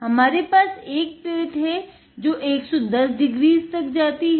हमारे पास एक प्लेट है जो कि 110 डिग्रीज तक जाती है